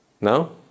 Now